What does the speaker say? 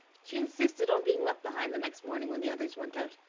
she insisted on being left behind, the next morning, when the others went out.